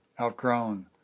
outgrown